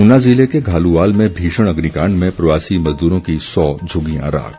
ऊना ज़िले के घालूवाल में भीषण अग्निकाण्ड में प्रवासी मजदूरों की सौ झ्रग्गियां राख